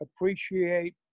appreciate